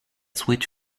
switch